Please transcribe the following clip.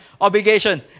Obligation